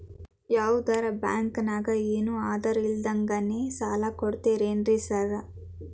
ಯಾವದರಾ ಬ್ಯಾಂಕ್ ನಾಗ ಏನು ಆಧಾರ್ ಇಲ್ದಂಗನೆ ಸಾಲ ಕೊಡ್ತಾರೆನ್ರಿ ಸಾರ್?